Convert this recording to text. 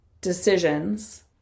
decisions